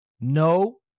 no